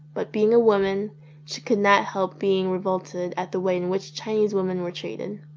but being a woman she could not help being revolted at the way in which chinese women were treated.